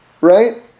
right